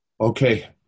Okay